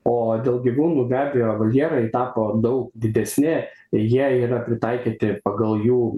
o dėl gyvūnų be abejo voljerai tapo daug didesni ir jie yra pritaikyti pagal jų